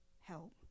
help